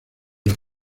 los